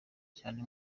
cyane